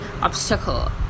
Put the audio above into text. obstacle